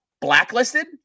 blacklisted